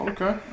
Okay